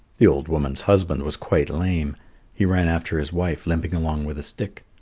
the old woman's husband was quite lame he ran after his wife, limping along with a stick.